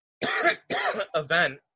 event